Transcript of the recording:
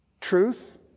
truth